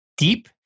deep